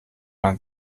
man